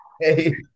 hey